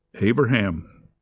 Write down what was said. Abraham